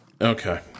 Okay